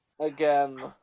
Again